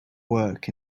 work